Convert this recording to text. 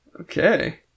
Okay